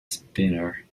spinner